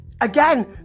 again